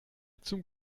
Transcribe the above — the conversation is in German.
zum